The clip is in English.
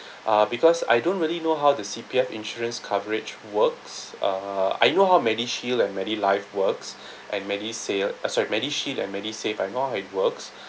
uh because I don't really know how the C_P_F insurance coverage works uh I know how Medishield and Medilife works and ah sorry MediShield and MedisSve I know how it works